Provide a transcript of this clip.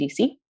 DC